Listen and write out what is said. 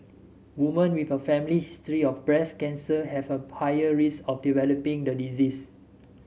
women with a family history of breast cancer have a higher risk of developing the disease